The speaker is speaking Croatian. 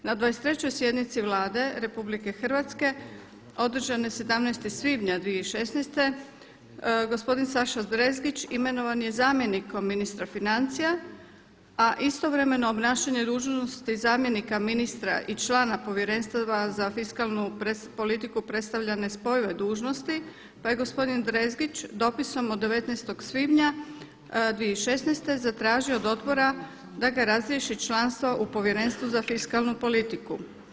Na 23. sjednici Vlade RH održane 17. svibnja 2016. gospodin Saša Drezgić imenovan je zamjenikom ministra financija, a istovremeno obnašanje dužnosti zamjenika ministra i člana Povjerenstva za fiskalnu politiku predstavlja nespojive dužnosti, pa je gospodin Drezgić dopisom od 19. svibnja 2016. zatražio od Odbora da ga razriješi članstva u Povjerenstvu za fiskalnu politiku.